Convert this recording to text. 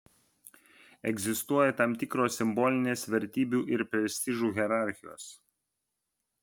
egzistuoja tam tikros simbolinės vertybių ir prestižų hierarchijos